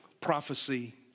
prophecy